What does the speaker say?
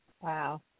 Wow